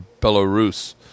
Belarus